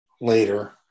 later